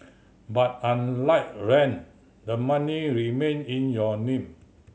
but unlike rent the money remain in your name